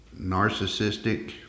narcissistic